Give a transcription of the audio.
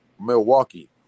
Milwaukee